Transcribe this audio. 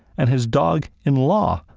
and his dog, in law,